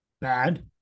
bad